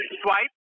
swipe